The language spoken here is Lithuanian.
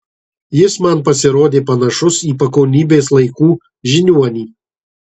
jis man pasirodė panašus į pagonybės laikų žiniuonį